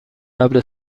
قبل